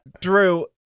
drew